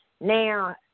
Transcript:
Now